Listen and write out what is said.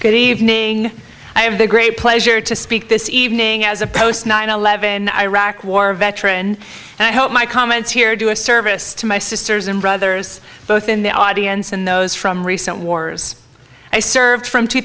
good evening i have the great pleasure to speak this evening as a post nine eleven iraq war veteran and i hope my comments here do a service to my sisters and brothers both in the audience and those from recent wars i served from two